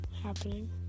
happening